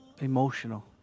emotional